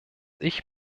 ich